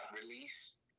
release